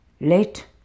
late